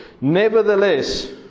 Nevertheless